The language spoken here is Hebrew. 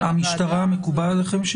המשטרה, מקובל עליכם?